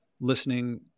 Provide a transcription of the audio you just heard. listening